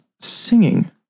singing